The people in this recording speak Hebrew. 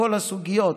כל הסוגיות,